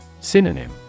Synonym